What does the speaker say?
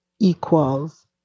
equals